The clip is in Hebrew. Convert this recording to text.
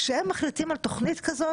כשהם מחליטים על תכנית כזאת,